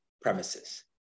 premises